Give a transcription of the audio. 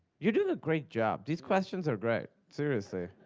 you're doing a great job. these questions are great. seriously.